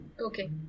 okay